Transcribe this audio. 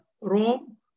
Rome